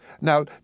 Now